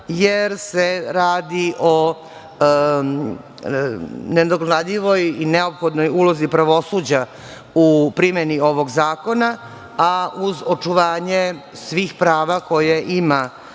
jer se radi o nenadoknadivoj i neophodnoj ulozi pravosuđa u primene ovog zakona, a uz očuvanje svih prava koja ima